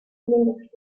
week